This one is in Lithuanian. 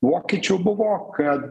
vokiečių buvo kad